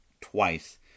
twice